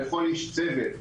בכל איש צוות.